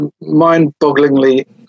mind-bogglingly